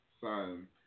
son